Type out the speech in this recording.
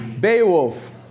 Beowulf